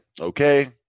okay